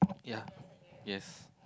ya yes